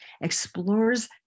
explores